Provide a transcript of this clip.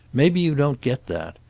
maybe you don't get that.